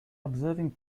observing